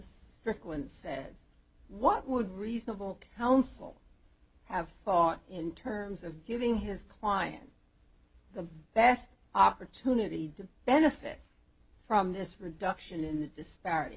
strickland says what would reasonable hounslow have thought in terms of giving his client the best opportunity to benefit from this reduction in the disparity